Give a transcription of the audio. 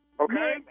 okay